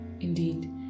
Indeed